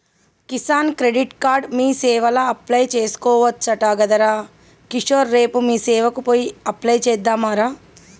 Kisan credit card మీసేవల apply చేసుకోవచ్చట గదరా కిషోర్ రేపు మీసేవకు పోయి అప్లై చెద్దాంరా